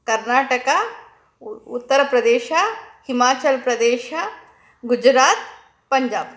Karnataka Uttar Pradesh Himachal Pradesh Gujarat Punjab